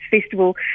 Festival